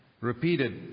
repeated